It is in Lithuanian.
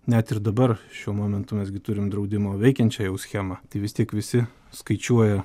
net ir dabar šiuo momentu mes gi turim draudimo veikiančią jau schemą tai vis tiek visi skaičiuoja